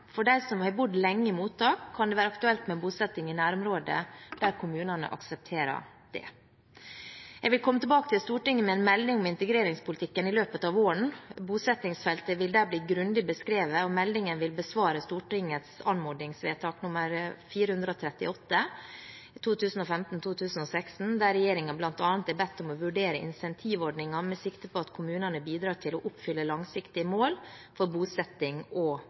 For dem som har bodd lenge i mottak, kan det være aktuelt med bosetting i nærområdet, der kommunene aksepterer det. Jeg vil komme tilbake til Stortinget med en melding om integreringspolitikken i løpet av våren. Bosettingsfeltet vil der bli grundig beskrevet. Meldingen vil besvare Stortingets anmodningsvedtak nr. 438 for 2015–2016, der regjeringen bl.a. er bedt om å vurdere «incentivordninger med sikte på at kommunene bidrar til å oppfylle langsiktige mål for bosetting og